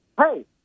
hey